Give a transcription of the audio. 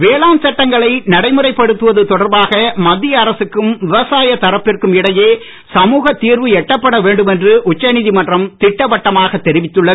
வேளாண் சட்டங்களை நடைமுறைப் படுத்துவது தொடர்பாக மத்திய அரசுக்கும் விவசாயத் தரப்பிற்கும் இடையே சுமுகத் தீர்வு எட்டப்பட வேண்டும் என்று உச்ச நீதிமன்றம் திட்டவட்டமாகத் தெரிவித்துள்ளது